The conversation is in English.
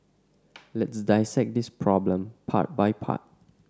let's dissect this problem part by part